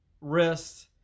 wrists